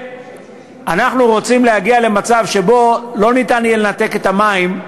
אנחנו רוצים להגיע למצב שבו לא יהיה אפשר לנתק את המים,